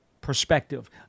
perspective